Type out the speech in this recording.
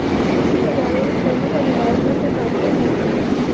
कृषि औजारों और उपकरणों का निवारक रख रखाव क्यों महत्वपूर्ण है?